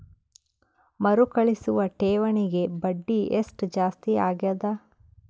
ಮರುಕಳಿಸುವ ಠೇವಣಿಗೆ ಬಡ್ಡಿ ಎಷ್ಟ ಜಾಸ್ತಿ ಆಗೆದ?